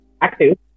active